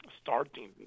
starting